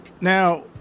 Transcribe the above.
now